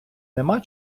нема